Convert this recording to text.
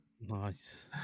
Nice